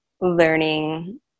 learning